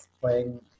playing